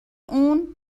اون